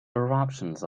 eruptions